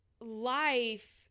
life